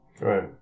Right